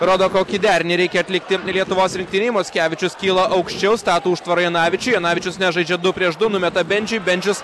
rodo kokį derinį reikia atlikti lietuvos rinktinei mockevičius kyla aukščiau stato užtvarą janavičiui jonavičius nežaidžia du prieš du numeta bendžiui bendžius